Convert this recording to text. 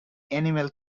animal